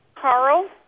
Carl